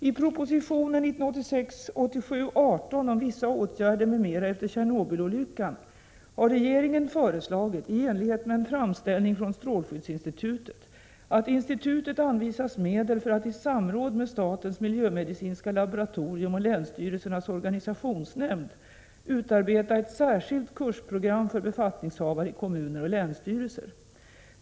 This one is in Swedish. I proposition 1986/87:18 om vissa åtgärder m.m. efter Tjernobylolyckan har regeringen föreslagit, i enlighet med en framställning från strålskyddsinstitutet, att institutet anvisas medel för att i samråd med statens miljömedicinska laboratorium och länsstyrelsernas organisationsnämnd utarbeta ett särskilt kursprogram för befattningshavare i kommuner och länsstyrelser.